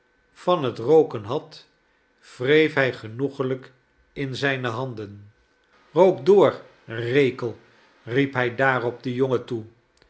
van het rooken had wreef hij genoeglijk in zijne handen rook door rekel riep hij daarop denjongen toe